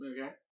Okay